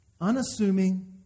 unassuming